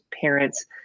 parents